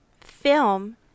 film